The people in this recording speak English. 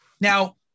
Now